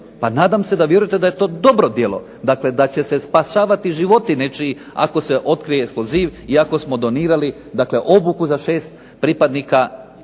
Pa nadam se da vjerujete da je to dobro djelo, dakle da će se spašavati nečiji životi ako se otkrije eksploziv i ako smo donirali obuku za 6 pripadnika